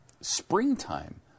springtime